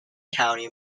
county